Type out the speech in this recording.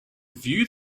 view